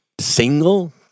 Single